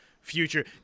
future